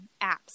apps